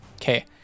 okay